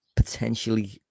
Potentially